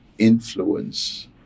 influence